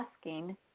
asking